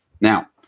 Now